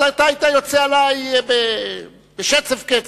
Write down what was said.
אז אתה היית יוצא עלי בשצף קצף.